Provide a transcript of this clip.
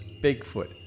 Bigfoot